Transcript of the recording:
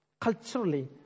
Culturally